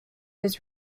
his